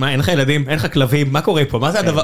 אין לך ילדים אין לך כלבים מה קורה פה